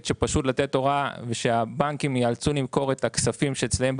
לתת הוראה שלפיה הבנקים יאלצו למכור את הכספים שאצלם,